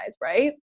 right